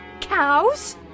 Cows